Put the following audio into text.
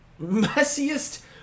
messiest